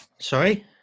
Sorry